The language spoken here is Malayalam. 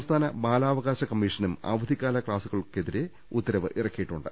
സംസ്ഥാന ബാലാവകാശ കമ്മീ ഷനും അവധിക്കാല ക്ലാസുകൾക്കെതിരെ ഉത്തരവ് ഇറക്കിയിട്ടുണ്ട്